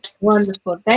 Wonderful